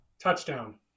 Touchdown